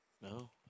No